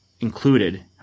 included